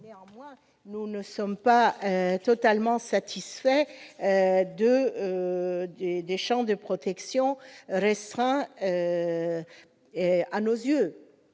mais nous ne sommes pas totalement satisfaits du champ de protection, trop restreint à nos yeux.